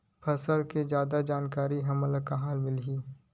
फसल के जादा जानकारी हमला कहां ले मिलही?